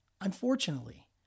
Unfortunately